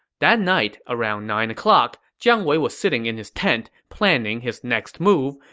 that night, around nine o'clock, jiang wei was sitting in his tent, planning his next move,